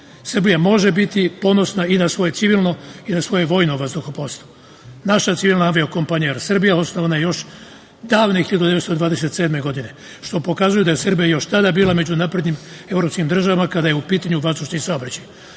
Srbija može biti ponosna i na svoje civilno i na svoje vojno vazduhoplovstvo. Naša civilna avio kompanija Er Srbija, osnovana još davne 1927. godine, što pokazuje da je Srbija još tada bila među naprednim evropskim državama kada je u pitanju vazdušni saobraćaj.